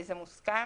זה מוסכם.